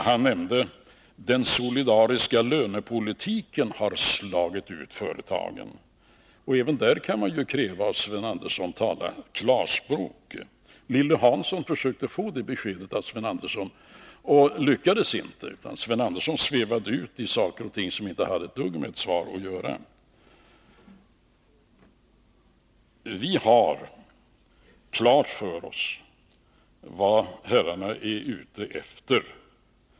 Han sade: Den solidariska lönepolitiken har slagit ut företagen. Även av Sven Andersson kan man då kräva att han talar klarspråk. Lilly Hansson försökte få besked av Sven Andersson, men hon lyckades inte. Sven Andersson svävade ut i saker och ting som inte hade ett dugg med ett besked att göra. Vi har klart för oss vad herrarna är ute efter.